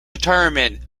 retirement